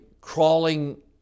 crawling